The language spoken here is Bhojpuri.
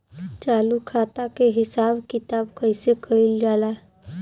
चालू खाता के हिसाब किताब कइसे कइल जाला?